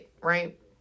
right